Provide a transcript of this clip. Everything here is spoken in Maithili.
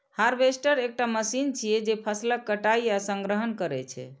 हार्वेस्टर एकटा मशीन छियै, जे फसलक कटाइ आ संग्रहण करै छै